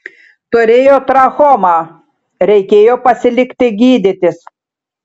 turėjo trachomą reikėjo pasilikti gydytis